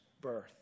birth